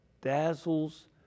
dazzles